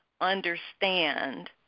understand